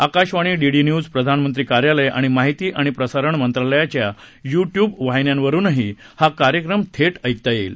Akashvani DD news प्रधानमंत्री कार्यालय आणि महिती आणि प्रसारण मंत्रालयाच्या युट्यूब वाहिन्यांवरही हा कार्यक्रम थेट ऐकता येईल